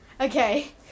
Okay